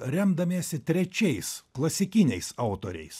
remdamiesi trečiais klasikiniais autoriais